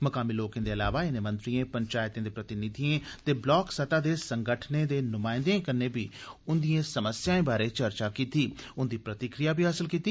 मकामी लोकें दे इलावा इनें मंत्रियें पंचैतें दे प्रतिनिधिएं ते ब्लाक सतह दे संगठनें दे नुमाइन्दें कन्ने बी उन्दिएं समस्याएं बारै चर्चा कीती ते उन्दी प्रतिक्रिया बी हासल कीती